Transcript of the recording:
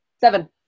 Seven